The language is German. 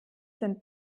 sind